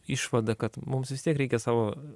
išvada kad mums vis tiek reikia savo